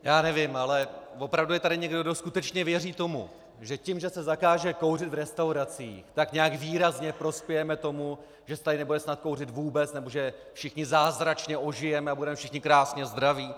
Já nevím, ale opravdu je tady někdo, kdo skutečně věří tomu, že tím, že se zakáže kouřit v restauracích, tak nějak výrazně prospějeme tomu, že se tady snad nebude kouřit vůbec nebo že všichni zázračně ožijeme a budeme všichni krásně zdraví?